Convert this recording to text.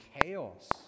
chaos